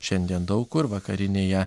šiandien daug kur vakarinėje